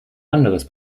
anderes